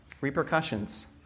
repercussions